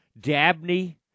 Dabney